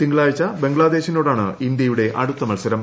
തിങ്കളാഴ്ച ബംഗ്ലാദേശിനോടാണ്ട് ഇന്ത്യയുടെ അടുത്ത മത്സരം